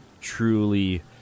truly